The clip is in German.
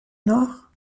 noch